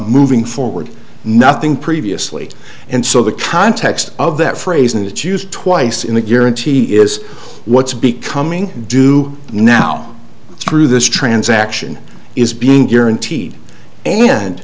forward nothing previously and so the context of that phrase in that use twice in the guarantee is what's becoming do now through this transaction is being guaranteed and